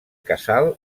casal